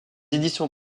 éditions